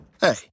hey